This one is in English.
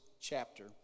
chapter